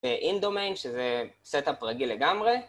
אינדומיין שזה סט-אפ רגיל לגמרי